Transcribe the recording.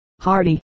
hardy